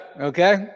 Okay